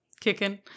kicking